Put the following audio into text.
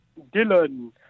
Dylan